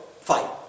fight